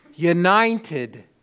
United